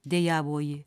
dejavo ji